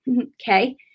Okay